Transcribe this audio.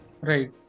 Right